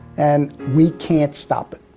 and we can't stop it.